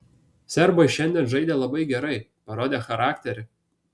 serbai šiandien žaidė labai gerai parodė charakterį